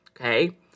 Okay